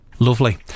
Lovely